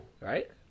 Right